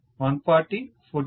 1400 లేక 140